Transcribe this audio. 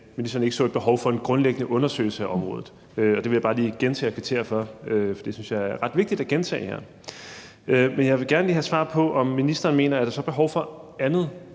ministeren ikke så et behov for en grundlæggende undersøgelse af området, og det vil jeg bare lige gentage og kvittere for, for det synes jeg er ret vigtigt at gentage her. Men jeg vil gerne have svar på, om ministeren mener, at der så er behov for andet.